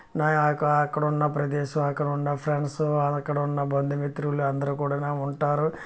నా ఆ యొక్క అక్కడ ఉన్న ప్రదేశం అక్కడ ఉన్న ఫ్రెండ్స్ అక్కడ ఉన్న బంధుమిత్రులు అందరు కూడా ఉంటారు